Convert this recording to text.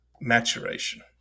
maturation